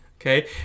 okay